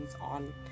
on